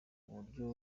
uburyo